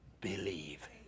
believe